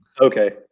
Okay